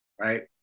Right